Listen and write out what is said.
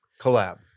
Collab